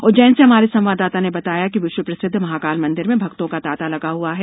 उज्जैन से हमारे संवाददाता ने बताया है कि विश्व प्रसिद्ध महाकाल मंदिर में भक्तों का तांता लगा हुआ है